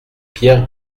pierre